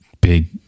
big